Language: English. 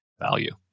value